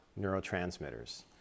neurotransmitters